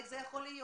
איך זה יכול להיות?